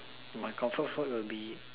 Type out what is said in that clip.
my comfort food will be